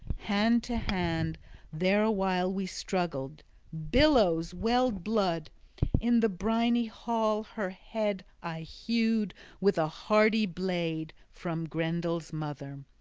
hand-to-hand there a while we struggled billows welled blood in the briny hall her head i hewed with a hardy blade from grendel's mother,